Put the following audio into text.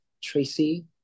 Tracy